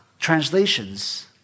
Translations